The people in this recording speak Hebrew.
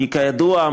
כי כידוע,